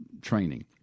training